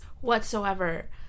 whatsoever